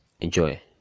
Enjoy